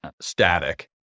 static